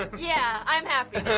yeah, i'm happy